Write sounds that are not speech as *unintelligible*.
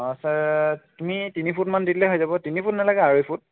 *unintelligible* তুমি তিনিফুটমান দি দিলে হৈ যাব তিনিফুট নেলাগে আঢ়ৈফুট